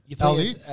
Ali